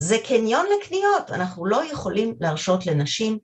‫זה קניון לקניות, ‫אנחנו לא יכולים להרשות לנשים.